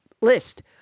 list